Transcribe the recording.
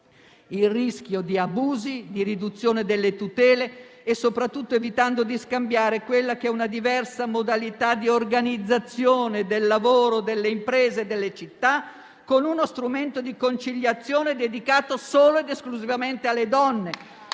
il rischio di abusi, di riduzione delle tutele e, soprattutto, evitando di scambiare quella che è una diversa modalità di organizzazione del lavoro, delle imprese e delle città con uno strumento di conciliazione dedicato solo ed esclusivamente alle donne